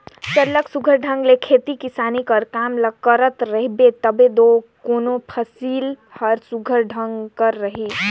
सरलग सुग्घर ढंग ले खेती किसानी कर काम करत रहबे तबे दो कोनो फसिल हर सुघर ढंग कर रही